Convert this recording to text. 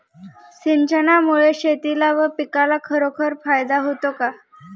सिंचनामुळे शेतीला व पिकाला खरोखर फायदा होतो का?